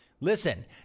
Listen